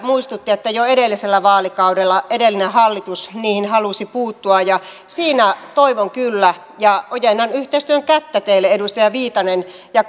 muistutti että jo edellisellä vaalikaudella edellinen hallitus niihin halusi puuttua siinä kyllä toivon ja ojennan yhteistyön kättä teille edustaja viitanen ja